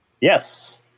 Yes